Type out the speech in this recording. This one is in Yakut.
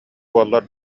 буоллар